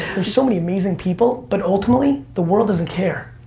there's so many amazing people, but ultimately, the world doesn't care.